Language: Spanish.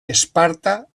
esparta